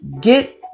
Get